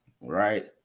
right